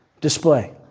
display